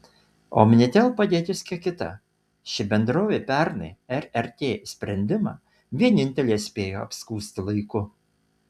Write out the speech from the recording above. omnitel padėtis kiek kita ši bendrovė pernai rrt sprendimą vienintelė spėjo apskųsti laiku